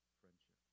friendship